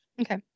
okay